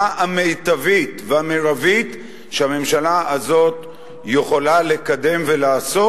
המיטבית והמרבית שהממשלה הזאת יכולה לקדם ולעשות,